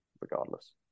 regardless